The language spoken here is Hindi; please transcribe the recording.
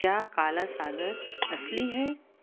क्या काला सागर असली है